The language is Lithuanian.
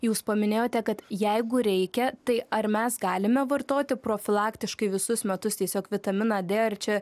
jūs paminėjote kad jeigu reikia tai ar mes galime vartoti profilaktiškai visus metus tiesiog vitaminą d ar čia